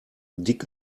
dick